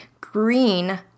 green